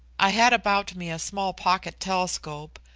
i had about me a small pocket-telescope,